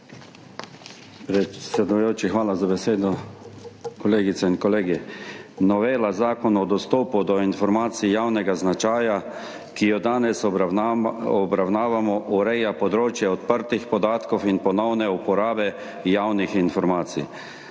hvala za besedo. Kolegice in kolegi! Novela Zakona o dostopu do informacij javnega značaja, ki jo danes obravnavamo, ureja področje odprtih podatkov in ponovne uporabe javnih informacij.